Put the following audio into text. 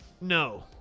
no